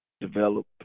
develop